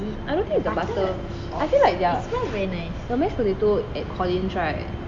I don't think it's the butter I feel like their the mashed potatoes at collin's right